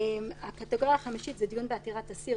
הקטגוריה החמישית זה דיון בעתירת אסיר,